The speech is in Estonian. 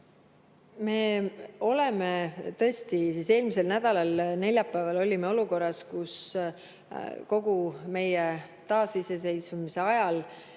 Me tõesti eelmise nädala neljapäeval olime olukorras, kus kogu meie taasiseseisvuse ajal